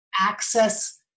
access